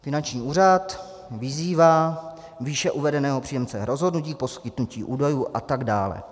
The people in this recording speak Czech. Finanční úřad vyzývá výše uvedeného příjemce rozhodnutí k poskytnutí údajů a tak dále.